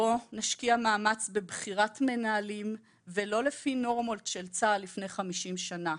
בואו נשקיע מאמץ בבחירת מנהלים ולא לפי נורמות של צה"ל לפני חמישים שנה,